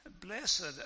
Blessed